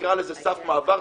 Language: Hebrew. תקרא לזה סף מעבר,